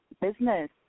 Business